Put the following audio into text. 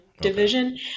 division